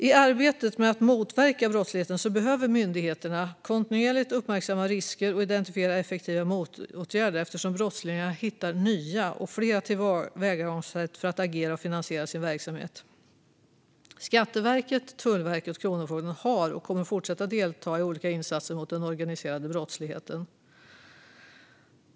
I arbetet med att motverka brottslighet behöver myndigheterna kontinuerligt uppmärksamma risker och identifiera effektiva motåtgärder, eftersom brottslingar hittar nya och fler tillvägagångssätt för att agera och finansiera sin verksamhet. Skatteverket, Tullverket och Kronofogden har deltagit i och kommer att fortsätta delta i olika insatser mot den organiserade brottsligheten.